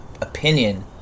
opinion